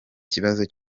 kibazo